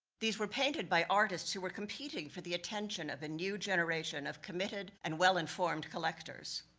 these were painted by artists who were competing for the attention of the new generation of committed and well informed collectors.